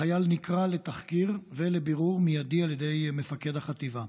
החייל נקרא לתחקיר ולבירור מיידי על ידי מפקד החטיבה.